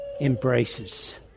embraces